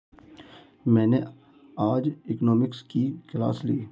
मैंने आज इकोनॉमिक्स की क्लास ली